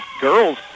Girls